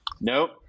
Nope